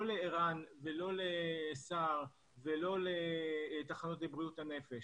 לער"ן ולא לסה"ר ולא לתחנות לבריאות הנפש.